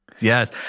Yes